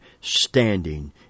standing